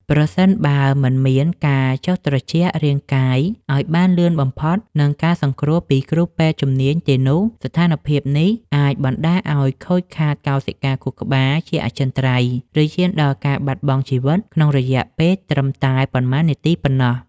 ប្រសិនបើមិនមានការចុះត្រជាក់រាងកាយឱ្យបានលឿនបំផុត និងការសង្គ្រោះពីគ្រូពេទ្យជំនាញទេនោះ ស្ថានភាពនេះអាចបណ្តាលឱ្យខូចខាតកោសិកាខួរក្បាលជាអចិន្ត្រៃយ៍ ឬឈានដល់ការបាត់បង់ជីវិតក្នុងរយៈពេលត្រឹមតែប៉ុន្មាននាទីប៉ុណ្ណោះ។